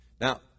Now